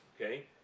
Okay